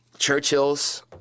Churchills